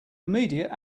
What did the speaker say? immediate